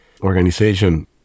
organization